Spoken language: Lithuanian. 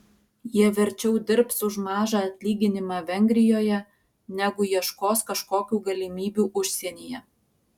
jie verčiau dirbs už mažą atlyginimą vengrijoje negu ieškos kažkokių galimybių užsienyje